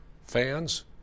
fans